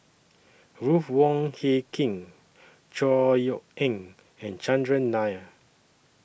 Ruth Wong Hie King Chor Yeok Eng and Chandran Nair